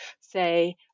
say